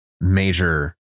major